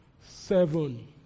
Seven